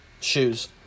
shoes